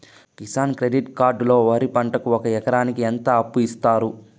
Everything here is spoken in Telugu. కిసాన్ క్రెడిట్ కార్డు లో వరి పంటకి ఒక ఎకరాకి ఎంత అప్పు ఇస్తారు?